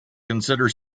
consider